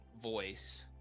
voice